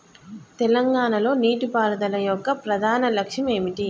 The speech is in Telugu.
తెలంగాణ లో నీటిపారుదల యొక్క ప్రధాన లక్ష్యం ఏమిటి?